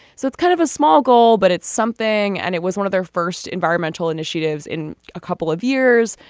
so it's kind of a small goal but it's something. and it was one of their first environmental initiatives in a couple of years.